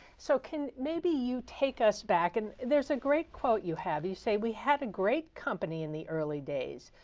so can maybe you take us back? and there's a great quote you have. you say, we had a great company in the early days.